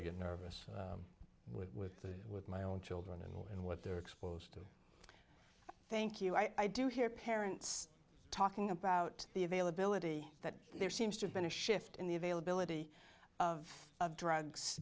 i get nervous with the with my own children and what they're exposed to thank you i do hear parents talking about the availability that there seems to have been a shift in the availability of of drugs